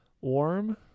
warm